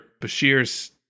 Bashir's